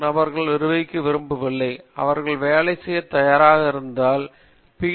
நபர்களை நிர்வகிக்க விரும்பவில்லை அவர் வேலை செய்ய தயாராக இருந்தால் எனது பி